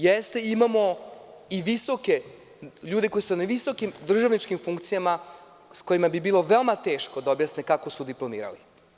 Jeste, imamo i ljude koji su na visokim državničkim funkcijama kojima bi bilo veoma teško da objasne kako su diplomirali.